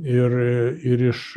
ir ir iš